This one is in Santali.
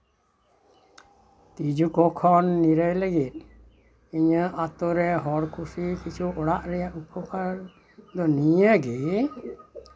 ᱛᱤᱡᱩ ᱠᱚ ᱠᱷᱚᱱ ᱱᱤᱨᱟᱹᱭ ᱞᱟᱹᱜᱤᱫ ᱤᱧᱟᱹᱜ ᱟᱛᱳᱨᱮ ᱦᱚᱲ ᱠᱩᱥᱤ ᱠᱤᱪᱷᱩ ᱚᱲᱟᱜ ᱨᱮᱭᱟᱜ ᱩᱯᱚᱠᱟᱨ ᱫᱚ ᱱᱤᱭᱟᱹ ᱜᱮ